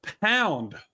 pound